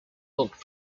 looked